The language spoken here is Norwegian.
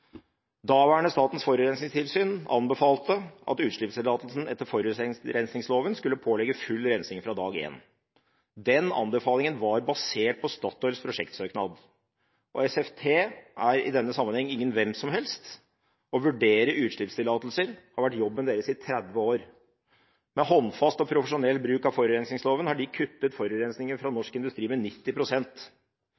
etter forurensingsloven skulle pålegge full rensing fra dag én. Den anbefalingen var basert på Statoils prosjektsøknad. SFT er i denne sammenheng ingen hvem som helst. Å vurdere utslippstillatelser har vært jobben deres i 30 år. Med håndfast og profesjonell bruk av forurensingsloven har de kuttet forurensing fra